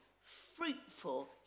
fruitful